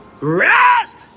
Rest